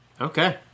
Okay